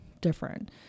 different